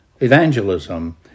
evangelism